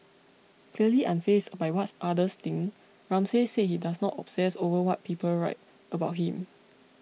clearly unfazed by what others think Ramsay said he does not obsess over what people write about him